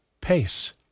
pace